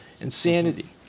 insanity